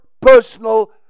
personal